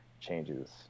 changes